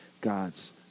God's